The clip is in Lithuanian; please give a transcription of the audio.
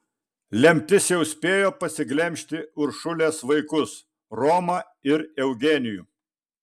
lemtis jau spėjo pasiglemžti uršulės vaikus romą ir eugenijų